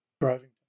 driving